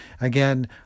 Again